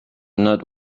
not